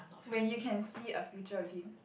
when you can see a future with him